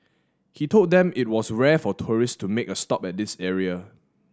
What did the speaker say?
he told them it was rare for tourist to make a stop at this area